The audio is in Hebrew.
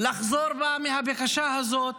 לחזור בה מהבקשה הזאת